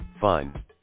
Fine